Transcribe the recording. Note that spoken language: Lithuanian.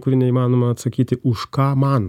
kurį neįmanoma atsakyti už ką man